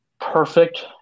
perfect